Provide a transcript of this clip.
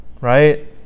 right